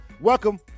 Welcome